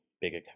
bigger